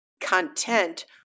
content